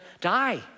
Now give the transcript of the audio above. die